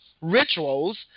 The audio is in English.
rituals